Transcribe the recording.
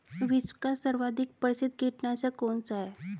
विश्व का सर्वाधिक प्रसिद्ध कीटनाशक कौन सा है?